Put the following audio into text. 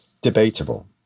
debatable